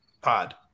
Pod